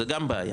זה גם בעיה,